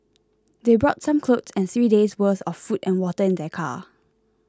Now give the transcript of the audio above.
they brought some clothes and three days' worth of food and water in their car